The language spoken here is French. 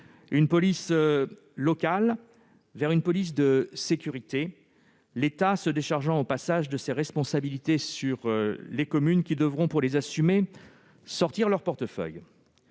une police locale, vers une police de sécurité, l'État se déchargeant au passage de ses responsabilités sur les communes qui devront, pour les assumer, sortir leur portefeuille.